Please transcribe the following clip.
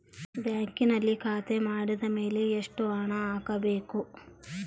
ಬ್ಯಾಂಕಿನಲ್ಲಿ ಖಾತೆ ಮಾಡಿದ ಮೇಲೆ ಎಷ್ಟು ಹಣ ಹಾಕಬೇಕು?